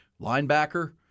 linebacker